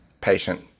patient